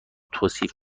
توصیف